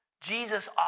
Jesus